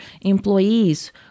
employees